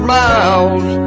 miles